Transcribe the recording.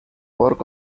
work